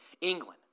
England